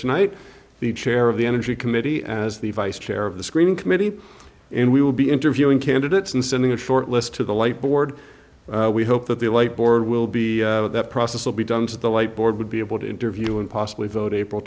tonight the chair of the energy committee as the vice chair of the screening committee and we will be interviewing candidates and sending a short list to the light board we hope that the light board will be that process will be done to the light board would be able to interview and possibly vote april